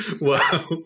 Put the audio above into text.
Wow